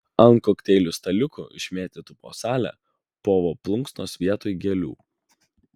ant kokteilių staliukų išmėtytų po salę povo plunksnos vietoj gėlių